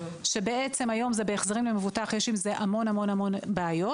היום בהחזרים למבוטח יש עם זה הרבה בעיות